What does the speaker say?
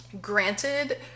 Granted